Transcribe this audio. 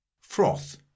Froth